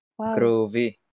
Groovy